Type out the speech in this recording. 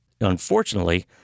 Unfortunately